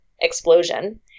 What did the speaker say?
explosion